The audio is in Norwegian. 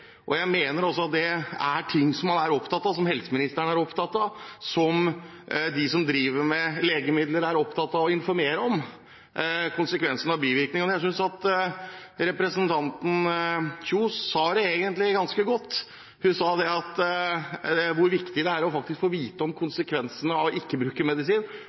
og jeg mener også at det er noe man er opptatt av, noe helseministeren er opptatt av, og noe de som driver med legemidler, er opptatt av å informere om: konsekvensene og bivirkningene. Jeg synes at representanten Kjønaas Kjos egentlig sa det ganske godt. Hun sa hvor viktig det er faktisk å få vite om konsekvensene av ikke